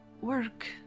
work